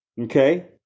Okay